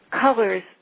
colors